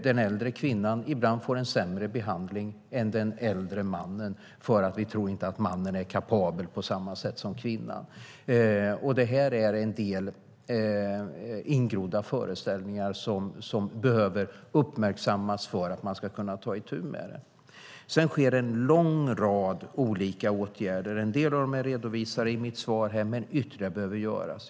Den äldre kvinnan får ibland sämre behandling än den äldre mannen eftersom man inte tror att mannen är kapabel på samma sätt som kvinnan. Det är ingrodda föreställningar som behöver uppmärksammas för att man ska kunna ta itu med dem. Det har vidtagits en lång rad olika åtgärder. En del av dem är redovisade i mitt svar, men ytterligare behöver göras.